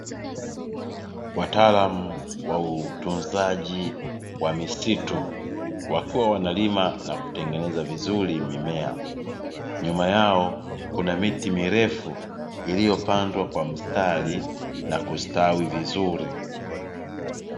Wataalamu wa utunzaji wa misitu wakiwa wanalima na kutengeneza vizuri mimea. Nyuma yao kuna miti mirefu iliyopandwa kwa mstari na kustawi vizuri.